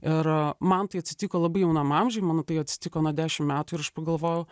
ir man tai atsitiko labai jaunam amžiui mano tai atsitiko nuo dešim metų ir aš pagalvojau